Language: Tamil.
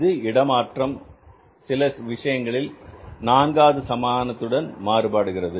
இது இடமாற்றம் சில விஷயங்களில் நான்காவது சமானத்துடன் மாறுபடுகிறது